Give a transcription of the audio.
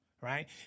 right